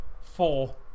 Four